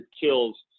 kills